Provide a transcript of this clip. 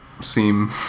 seem